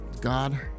God